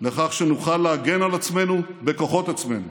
לכך שנוכל להגן על עצמנו בכוחות עצמנו.